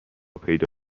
پیدا